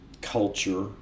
culture